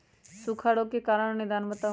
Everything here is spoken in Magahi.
सूखा रोग के कारण और निदान बताऊ?